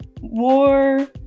war